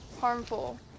harmful